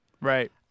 Right